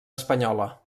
espanyola